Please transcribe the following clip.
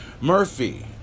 Murphy